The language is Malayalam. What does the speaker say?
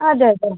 അതെ അതെ